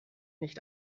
nicht